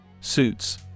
Suits